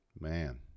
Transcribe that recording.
man